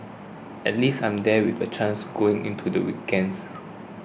at least I'm there with a chance going into the weekends